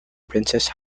princes